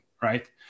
right